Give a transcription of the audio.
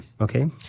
okay